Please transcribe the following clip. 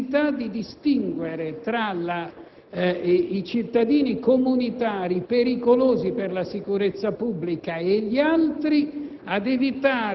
Vorrei anche spiegare alcune direttrici che ritengo giusto che il Governo segua davanti agli emendamenti. Quindi, ciò non è irrilevante.